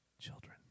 Children